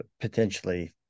potentially